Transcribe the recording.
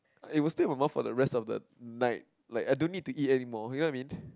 it will stay in my mouth for the rest of the night like I don't need to eat anymore you know I what I mean